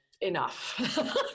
enough